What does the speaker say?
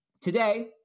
Today